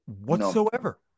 whatsoever